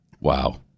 Wow